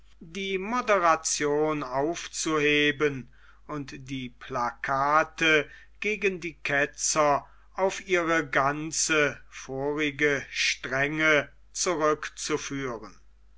die moderation aufzuheben und die plakate gegen die ketzer auf ihre ganze vorige strenge zurückzuführen